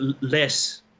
less